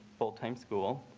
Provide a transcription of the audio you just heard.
full time school.